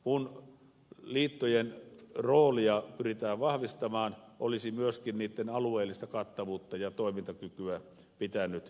kun liittojen roolia pyritään vahvistamaan olisi myöskin niitten alueellista kattavuutta ja toimintakykyä pitänyt parantaa